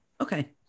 Okay